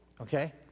Okay